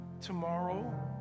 tomorrow